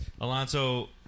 Alonso